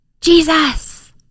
Jesus